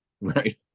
right